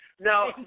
Now